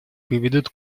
приведут